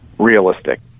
Realistic